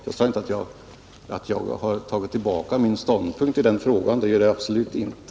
Jag sade däremot inte att jag har ändrat ståndpunkt i den här frågan, för det har jag absolut inte.